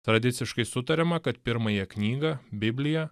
tradiciškai sutariama kad pirmąją knygą bibliją